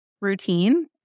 routine